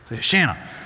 Shanna